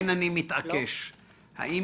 האם